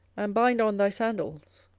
and bind on thy sandals.